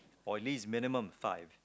or least minimum five